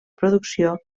producció